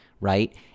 right